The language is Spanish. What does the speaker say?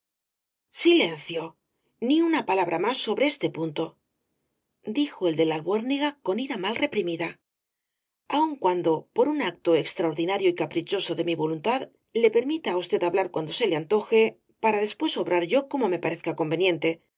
silencio ni una palabra más sobre este punto dijo el de la albuérniga con ira mal reprimida aun cuando por un acto extraordinario y caprichoso de mi voluntad le permita á usted hablar cuanto se le antoje para después obrar yo como me parezca conveniente